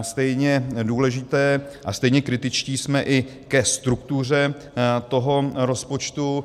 Stejně důležité, stejně kritičtí jsme i ke struktuře toho rozpočtu.